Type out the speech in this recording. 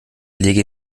lege